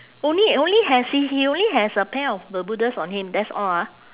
only only has he he only has a pair of bermudas on him that's all ah